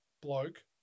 bloke